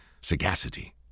sagacity